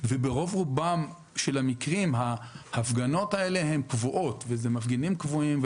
ברוב רובם של המקרים ההפגנות האלה קבועות ואלה מפגינים קבועים,